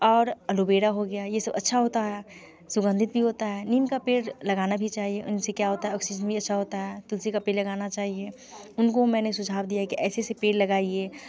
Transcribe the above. और अलोवेरा हो गया ये सब अच्छा होता है सुगन्धित भी होता है नीम का पेड़ लगाना भी चाहिए उनसे क्या होता है ऑक्सीजन भी अच्छा होता है तुलसी का पेड़ लगाना चाहिए उनको मैंने सुझाव दिया है कि ऐसे ऐसे पेड़ लगाइए